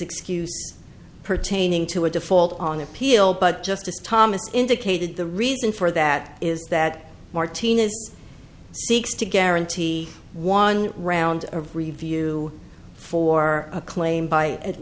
excuse pertaining to a default on appeal but justice thomas indicated the reason for that is that martinez seeks to guarantee one round of review for a claim b